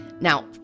Now